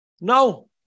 no